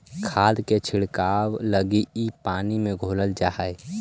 खाद के छिड़काव लगी इ पानी में घोरल जा हई